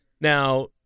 Now